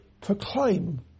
proclaim